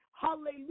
hallelujah